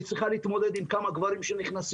שהיא צריכה להתמודד עם כמה גברים שנכנסים,